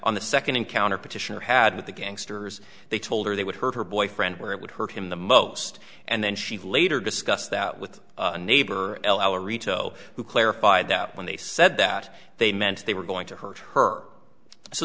on the second encounter petitioner had with the gangsters they told her they would hurt her boyfriend where it would hurt him the most and then she later discussed that with a neighbor l r rito who clarified that when they said that they meant they were going to hurt her so